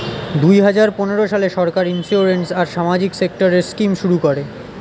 দুই হাজার পনেরো সালে সরকার ইন্সিওরেন্স আর সামাজিক সেক্টরের স্কিম শুরু করে